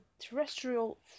terrestrial